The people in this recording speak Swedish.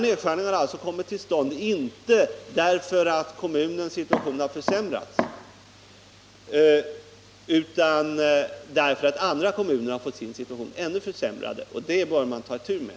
Dessa har inte heller skett därför att kommunens situation har förbättrats utan därför att andra kommuner har fått sitt läge ytterligare försämrat. Detta är något som man bör ta itu med.